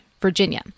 Virginia